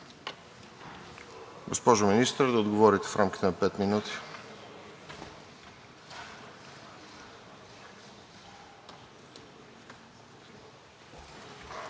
Госпожо Министър, да отговорите в рамките на пет минути.